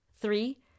three